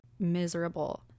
miserable